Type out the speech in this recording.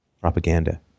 propaganda